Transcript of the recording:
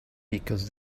because